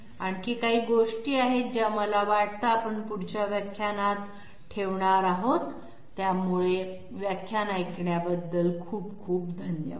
आणखी काही गोष्टी आहेत ज्या मला वाटतं आपण पुढच्या व्याख्यानात ठेवणार आहोत त्यामुळे खूप खूप धन्यवाद